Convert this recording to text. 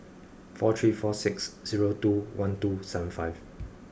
four three four six zero two one two seven five